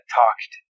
talked